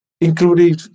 including